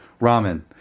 Ramen